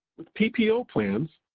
with ppo plans,